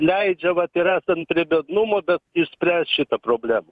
leidžia vat yra ten biednumo bet išspręst šitą problemą